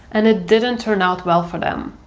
and it didn't turn out well for them.